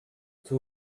too